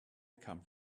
come